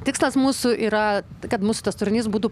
tikslas mūsų yra kad mus tas turinys būtų